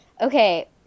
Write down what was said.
okay